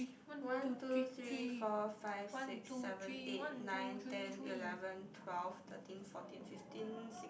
one two three four five six seven eight nine ten eleven twelve thirteen fourteen fifteen six